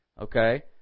Okay